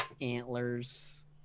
antlers